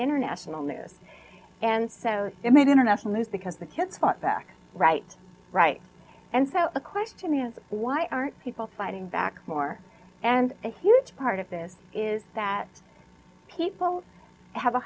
international news and so it made international news because the kids fought back right right and so the question is why aren't people fighting back more and a huge part of this is that people have a